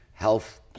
health